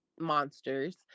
monsters